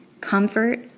comfort